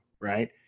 Right